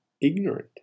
ignorant